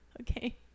Okay